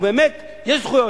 באמת יש זכויות,